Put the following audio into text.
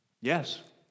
Yes